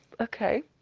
Okay